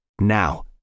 Now